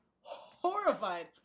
horrified